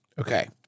Okay